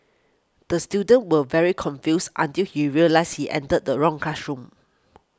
the student was very confused until he realised he entered the wrong classroom